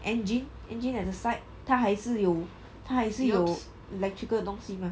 engine engine at the side 它还是有它还是有 electrical 的东西嘛